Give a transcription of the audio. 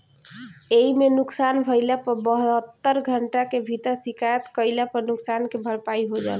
एइमे नुकसान भइला पर बहत्तर घंटा के भीतर शिकायत कईला पर नुकसान के भरपाई हो जाला